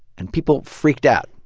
and people freaked out.